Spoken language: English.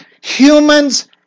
human's